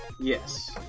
Yes